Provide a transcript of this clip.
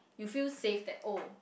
you feel safe that oh